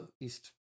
East